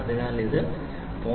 അതിനാൽ ഇത് 0